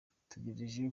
dutegereje